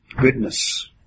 goodness